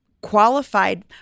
qualified